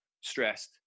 stressed